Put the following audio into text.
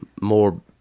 more